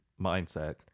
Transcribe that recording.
mindset